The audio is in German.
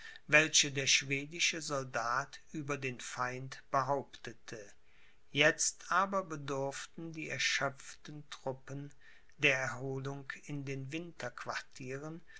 welche der schwedische soldat über den feind behauptete jetzt aber bedurften die erschöpften truppen der erholung in den